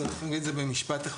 צריך להגיד את זה במשפט אחד.